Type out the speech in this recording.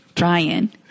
Ryan